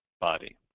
body